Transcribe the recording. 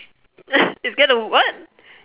is get to what